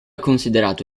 considerato